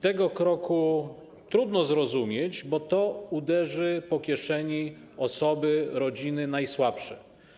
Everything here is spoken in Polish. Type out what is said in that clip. Ten krok trudno zrozumieć, bo to uderzy po kieszeni osoby, rodziny najsłabsze.